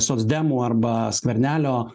socdemų arba skvernelio